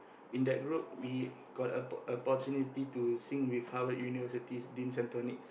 in that group we got a po~ opportunity to sing with Harvard University's Din-and-Tonics